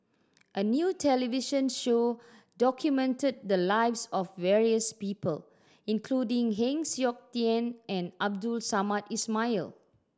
a new television show documented the lives of various people including Heng Siok Tian and Abdul Samad Ismail